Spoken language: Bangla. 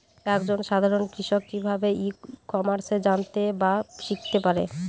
এক জন সাধারন কৃষক কি ভাবে ই কমার্সে জানতে বা শিক্ষতে পারে?